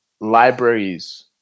libraries